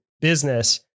business